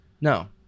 No